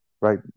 Right